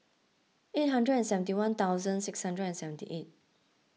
eight hundred and seventy one thousand six hundred and seventy eight